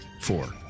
four